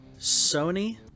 Sony